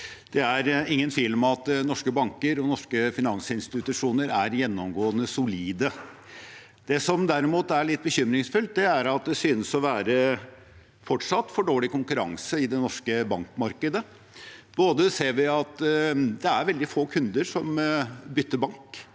ikke er noen tvil om at norske banker og norske finansinstitusjoner er gjennomgående solide. Det som derimot er litt bekymringsfullt, er at det fortsatt synes å være for dårlig konkurranse i det norske bankmarkedet. Vi ser at det er veldig få kunder som bytter bank.